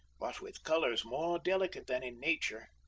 but with colors more delicate than in nature.